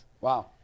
Wow